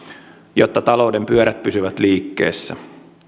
jotta talouden pyörät pysyvät liikkeessä